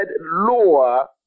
lower